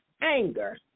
anger